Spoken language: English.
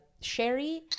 sherry